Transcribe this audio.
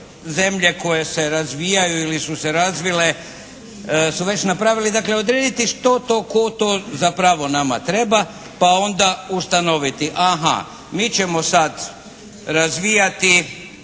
zemlje koje se razvijaju ili su se razvile su već napravile, dakle odrediti što to, tko to zapravo nama treba pa onda ustanoviti, mi ćemo sada razvijati